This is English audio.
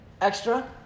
extra